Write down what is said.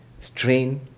strain